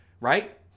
right